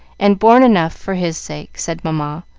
and borne enough for his sake, said mamma,